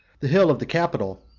the hill of the capitol,